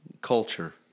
culture